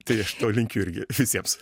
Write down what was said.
tai aš to linkiu irgi visiems